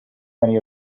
many